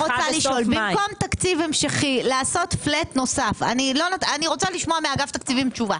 במקום תקציב המשכי לעשות פלט נוסף אני רוצה לשמוע מאגף תקציבים תשובה